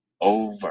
over